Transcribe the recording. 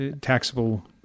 taxable